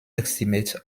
estimate